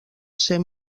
ser